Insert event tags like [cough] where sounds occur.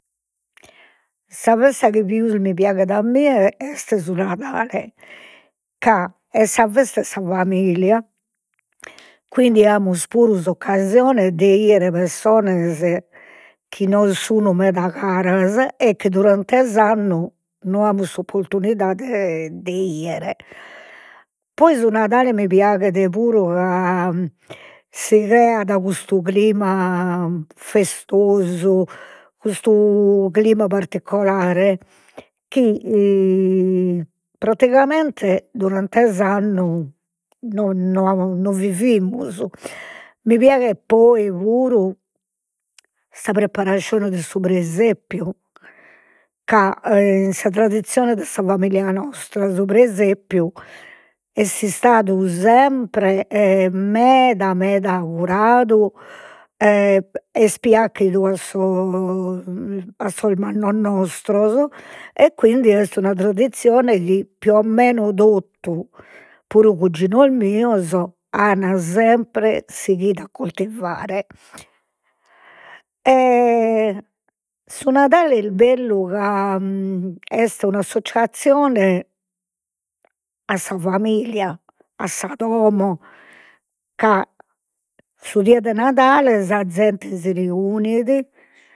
Sa festa chi pius mi piaghet a mie est su Nadale, ca est sa festa 'e sa familia, quindi amus puru s'occasione de 'ider pessonas chi nos sun meda caras e chi durante s'annu no amus s'opportunidade de 'idere, poi su Nadale mi piaghet puru ca si creat custu clima festosu, custu clima particulare chi [hesitation] praticamente durante s'annu non vivimus, mi piaghet poi puru sa preparascione de su presepiu ca [hesitation] in sa tradissione de sa familia nostra su presepiu est istadu sempre e meda meda curadu [hesitation] est piachidu a sos [hesitation] a sos mannos nostros e quindi est una tradissione chi più o meno totu, puru cuginos mios, an sempre sighidu a coltivare [hesitation] su Nadale est bellu, ca est un'assozziascione a sa familia, a sa domo, ca su die de Nadale sa zente si reunit